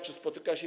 Czy spotyka się?